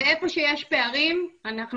ואיפה שיש פערים אנחנו